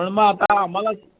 पण मग आता आम्हाला